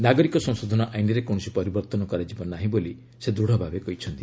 ନାଗରିକ ସଂଶୋଧନ ଆଇନରେ କୌଣସି ପରିବର୍ଭନ କରାଯିବ ନାହିଁ ବୋଲି ସେ ଦୂଢ଼ଭାବେ କହିଛନ୍ତି